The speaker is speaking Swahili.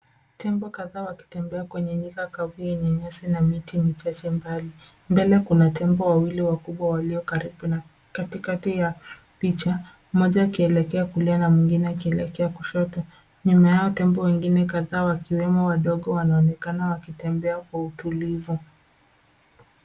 Tembo kadhaa wakitembea kwenye nyika kavu yenye nyasi na miti michache mbali. Mbele kuna tembo wawili wakubwa walio karibu na katikati ya picha mmoja akielekea kulia na mwingine akielekea kushoto. Nyuma yao tembo wengine kadhaa wakiwemo wadogo wanaonekana wakitembea kwa utulivu.